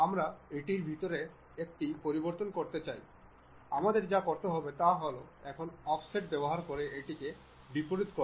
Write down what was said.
আমরা এটির ভিতরে থেকে পরিবর্তন করতে চাই আমাদের যা করতে হবে তা হল এখন অফসেট ব্যবহার করে এটিকে বিপরীত করা